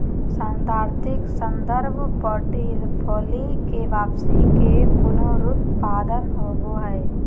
सैद्धांतिक संदर्भ पोर्टफोलि के वापसी के पुनरुत्पादन होबो हइ